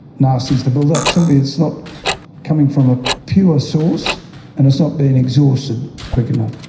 nasties to build up. simply it's not coming from a pure source and it's not being exhausted quick enough.